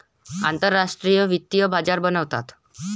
आंतरराष्ट्रीय वित्तीय बाजार बनवतात